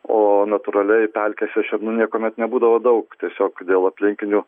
o natūraliai pelkėse šernų niekuomet nebūdavo daug tiesiog dėl aplinkinių